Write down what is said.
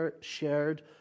shared